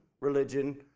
religion